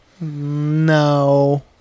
No